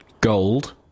gold